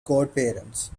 godparents